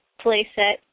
playset